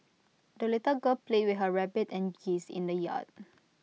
the little girl played with her rabbit and geese in the yard